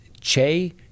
Che